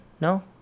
No